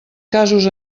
casos